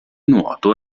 nuoto